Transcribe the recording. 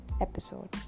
episode